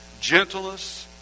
gentleness